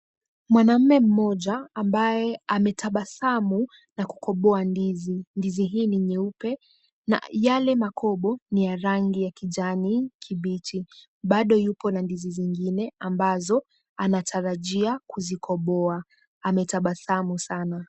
Mwanaume mmoja ambaye ametabasamu na kukoboa ndizi. Ndizi hii ni nyeupe na yale makobo ni ya rangi ya kijani kibichi. Bado yuko na ndizi zingine ambazo anatarajia kuzikoboa. Ametabasamu sana.